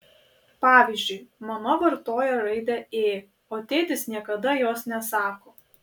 pavyzdžiui mama vartoja raidę ė o tėtis niekada jos nesako